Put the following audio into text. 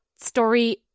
story